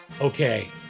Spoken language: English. Okay